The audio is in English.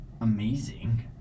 amazing